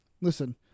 listen